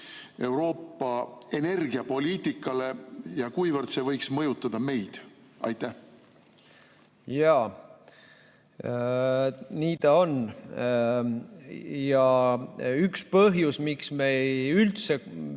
Euroopa energiapoliitikale ja kuivõrd see võiks mõjutada meid? Jaa, nii ta on. Üks põhjus, miks meile üldse